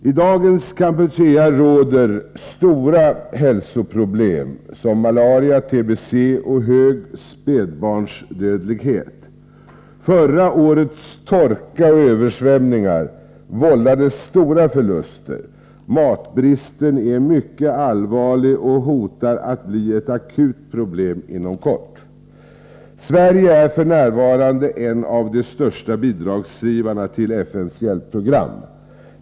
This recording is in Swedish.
I dagens Kampuchea råder stora hälsoproblem — jag avser då malaria, tbc och hög spädbarnsdödlighet. Förra årets torka och översvämningar vållade stora förluster. Matbristen är mycket allvarlig och hotar att bli ett akut problem inom kort. Sverige är f.n. en av de största bidragsgivarna när det gäller FN:s hjälpprogram.